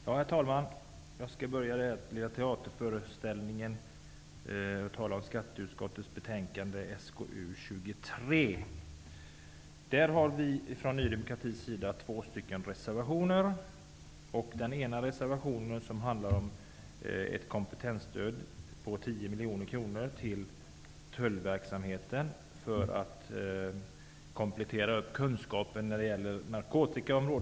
Herr talman! Jag skall börja denna teaterföreställning med att tala om skatteutskottets betänkande SkU23. Till detta betänkande har vi från Ny demokrati fogat två reservationer. Den ena reservationen handlar om ett kompetensstöd på 10 miljonr kronor till Tullverket för att komplettera kunskaperna på narkotikaområdet.